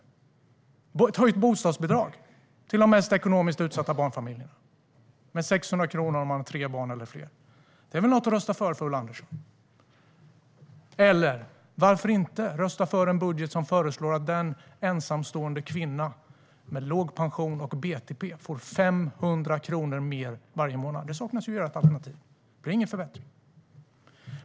Vi föreslår ett höjt bostadsbidrag till de mest ekonomiskt utsatta barnfamiljerna med 600 kronor om man har tre barn eller fler. Det är väl något för Ulla Andersson att rösta för? Eller varför inte rösta för en budget som föreslår att en ensamstående kvinna med låg pension och BTP får 500 kronor mer varje månad? Det saknas i ert alternativ. Det ger ingen förbättring.